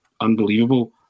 unbelievable